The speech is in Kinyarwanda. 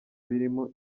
birimo